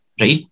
right